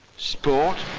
sport,